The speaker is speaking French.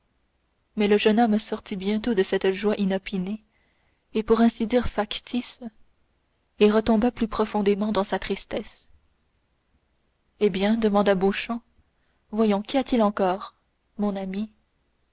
mais le jeune homme sortit bientôt de cette joie inopinée et pour ainsi dire factice et retomba plus profondément dans sa tristesse eh bien demanda beauchamp voyons qu'y a-t-il encore mon ami